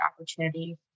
opportunity